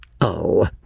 Oh